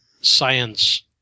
science